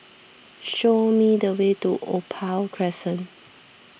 show me the way to Opal Crescent